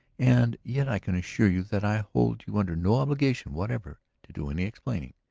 and yet i can assure you that i hold you under no obligation whatever to do any explaining.